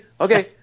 okay